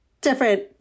different